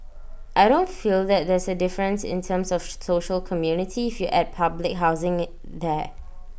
I don't feel that there's A difference in terms of social community if you add public housing there